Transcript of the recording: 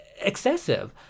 excessive